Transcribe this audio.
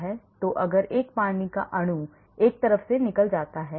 तो अगर 1 पानी का अणु एक तरफ से निकल जाता है